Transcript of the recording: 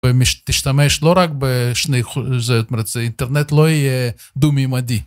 אם תשתמש לא רק באינטרנט, לא יהיה דו מיימדי.